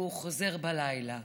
והוא חוזר בלילה.